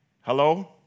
Hello